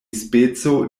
speco